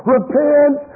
Repent